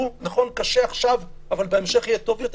שעכשיו קשה אבל יהיה הרבה יותר טוב.